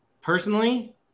personally